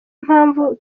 mpamvu